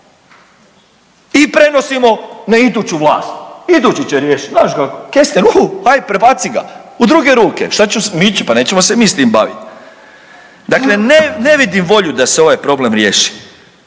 i prenosimo na iduću vlast, idući će riješit, naš kako, kesten huhu haj prebaci ga u druge ruke. Pa nećemo se mi s tim bavit. Dakle, ne vidim volju da se ovaj problem riješi.